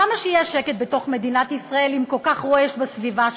למה שיהיה שקט בתוך מדינת ישראל אם כל כך רועש בסביבה שלנו?